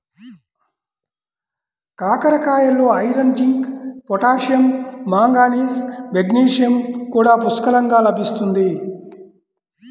కాకరకాయలలో iron, zinc, potassium, manganese, magnesium కూడా పుష్కలంగా లభిస్తుంది